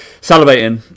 salivating